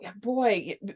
boy